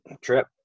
trip